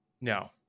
No